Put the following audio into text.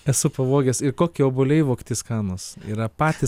esu pavogęs ir kokie obuoliai vogti skanūs yra patys